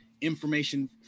information